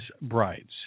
brides